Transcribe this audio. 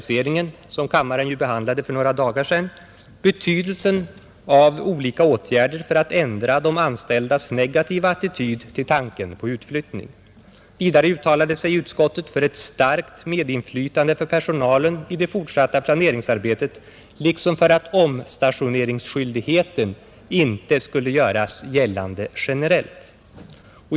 som kammaren behandlade för några dagar sedan, betydelsen av olika åtgärder för att ändra de anställdas negativa attityd till tanken på utflyttning; vidare uttalade sig utskottet för ett starkt medinflytande för personalen i det fortsatta planeringsarbetet liksom för att omstationeringsskyldigheten inte skulle göras gällande generellt.